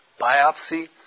biopsy